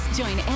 join